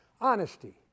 Honesty